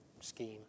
scheme